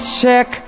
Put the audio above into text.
check